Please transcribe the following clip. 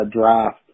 draft